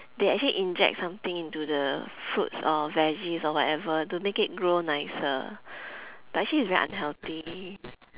they actually inject something into the fruits or veggies or whatever to make it grow nicer but actually it's very unhealthy